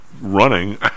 running